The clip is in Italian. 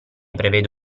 prevede